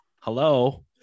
Hello